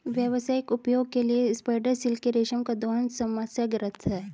व्यावसायिक उपयोग के लिए स्पाइडर सिल्क के रेशम का दोहन समस्याग्रस्त है